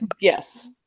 Yes